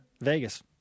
Vegas